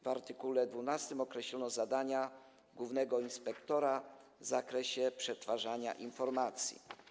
W art. 12 określono zadania głównego inspektora w zakresie przetwarzania informacji.